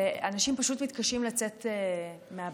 ואנשים פשוט מתקשים לצאת מהבית.